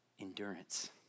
Endurance